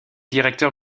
directeur